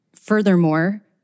furthermore